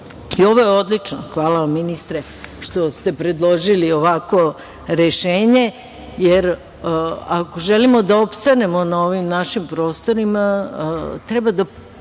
je odlično, hvala vam, ministre, što ste predložili ovakvo rešenje, jer ako želimo da opstanemo na ovim našim prostorima, treba da